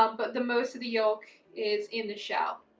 um but the most of the yolk is in the shell,